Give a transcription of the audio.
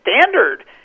standard